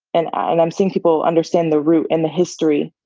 and and i'm seeing people understand the root and the history,